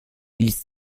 dies